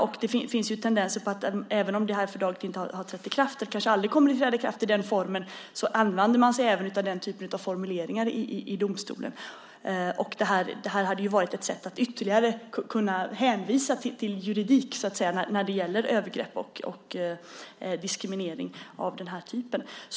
Även om det fördraget inte har trätt i kraft och kanske aldrig kommer att träda i kraft i den formen så använder man sig av den typen av formuleringar i domstolen. Det hade varit ett sätt att ytterligare kunna hänvisa till juridik när det gäller övergrepp och diskriminering av den här typen.